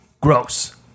Gross